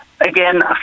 Again